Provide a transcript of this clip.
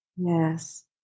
Yes